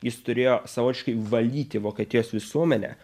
jis turėjo savotiškai valyti vokietijos visuomenę